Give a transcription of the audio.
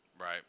Right